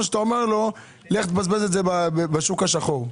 שאתה אומר לו: בזבז את זה בשוק השחור.